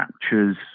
captures